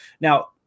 now